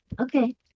okay